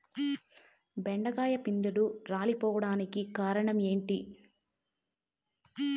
బెండకాయ పిందెలు రాలిపోవడానికి కారణం ఏంటి?